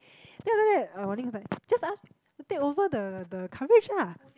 then after that uh Wan-Ning is like just ask to take over the the courage lah